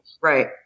Right